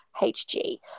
hg